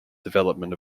development